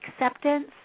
acceptance